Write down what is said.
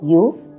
use